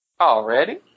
Already